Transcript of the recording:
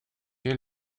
elle